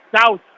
south